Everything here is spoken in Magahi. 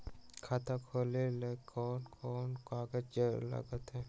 खाता खोले ले कौन कौन कागज लगतै?